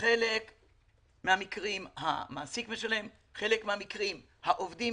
שבחלק מהמקרים המעסיק משלם ובחלק מהמקרים העובדים,